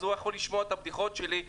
יכול לשמוע את הבדיחות שלי,